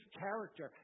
character